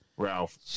Ralph